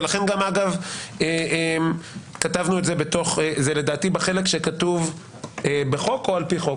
ולכן גם אגב זה לדעתי בחלק שכתוב בחוק או על פי חוק,